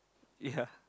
ya